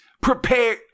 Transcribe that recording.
prepare